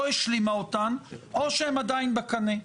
או השלימה אותם או שהם עדיין בקנה.